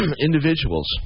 Individuals